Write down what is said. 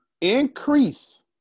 increase